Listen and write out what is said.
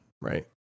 right